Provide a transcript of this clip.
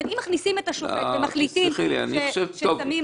אם מכניסים את השופט ומחליטים --- סלחי לי,